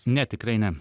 ne tikrai ne